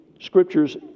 scriptures